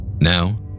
Now